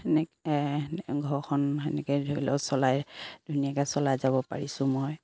ঘৰখন সেনেকে ধৰি লওক চলাই ধুনীয়াকে চলাই যাব পাৰিছোঁ মই